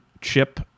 chip